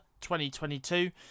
2022